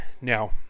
Now